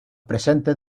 presentes